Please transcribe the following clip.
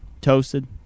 toasted